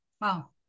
Wow